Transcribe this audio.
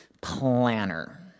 planner